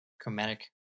chromatic